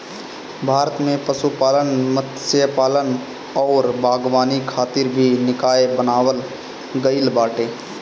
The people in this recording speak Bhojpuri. भारत में पशुपालन, मत्स्यपालन अउरी बागवानी खातिर भी निकाय बनावल गईल बाटे